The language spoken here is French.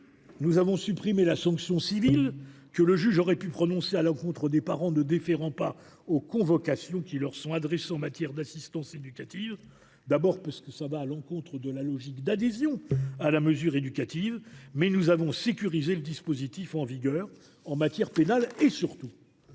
nous avons supprimé la sanction civile que le juge aurait pu prononcer à l’encontre des parents ne déférant pas aux convocations qui leur sont adressées en matière d’assistance éducative, notamment parce qu’une telle sanction irait à l’encontre de la logique d’adhésion à la mesure éducative, mais nous avons sécurisé le dispositif en vigueur, en matière pénale. Surtout,